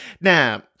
Now